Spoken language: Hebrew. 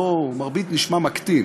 "מרבית" נשמע מקטין,